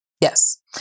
Yes